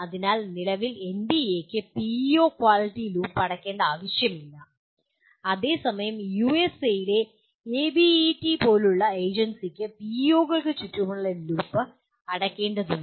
അതിനാൽ നിലവിൽ എൻബിഎയ്ക്ക് പിഇഒ ക്വാളിറ്റി ലൂപ്പ് അടയ്ക്കേണ്ട ആവശ്യമില്ല അതേസമയം യുഎസ്എയിലെ എബിഇടി പോലുള്ള ഒരു ഏജൻസിക്ക് പിഇഒകൾക്ക് ചുറ്റുമുള്ള ലൂപ്പ് അടയ്ക്കേണ്ടതുണ്ട്